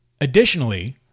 Additionally